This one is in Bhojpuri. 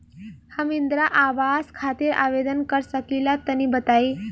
हम इंद्रा आवास खातिर आवेदन कर सकिला तनि बताई?